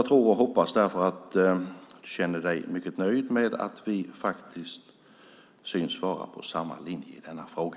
Därför både hoppas och tror jag att du, Helena Leander, känner dig mycket nöjd med att vi faktiskt synes vara på samma linje i denna fråga.